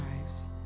lives